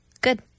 Good